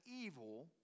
evil